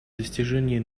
достижения